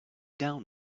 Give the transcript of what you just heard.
down